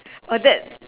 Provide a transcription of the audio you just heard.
oh that